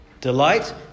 Delight